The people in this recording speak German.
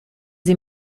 sie